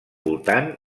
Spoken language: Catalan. voltant